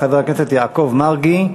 חבר הכנסת יעקב מרגי,